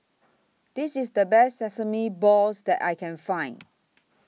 This IS The Best Sesame Balls that I Can Find